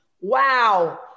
wow